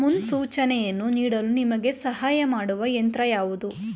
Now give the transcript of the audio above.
ಮುನ್ಸೂಚನೆಯನ್ನು ನೀಡಲು ನಿಮಗೆ ಸಹಾಯ ಮಾಡುವ ಯಂತ್ರ ಯಾವುದು?